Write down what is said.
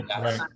right